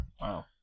Wow